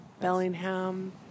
Bellingham